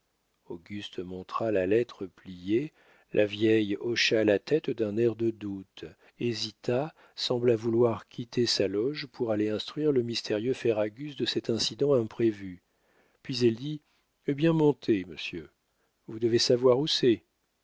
auguste montra la lettre pliée la vieille hocha la tête d'un air de doute hésita sembla vouloir quitter sa loge pour aller instruire le mystérieux ferragus de cet incident imprévu puis elle dit eh bien montez monsieur vous devez savoir où c'est